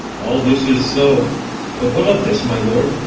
all this is so but what of this, my lord?